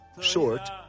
Short